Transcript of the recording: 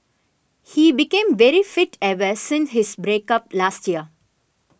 he became very fit ever since his break up last year